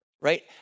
right